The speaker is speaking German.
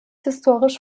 historisch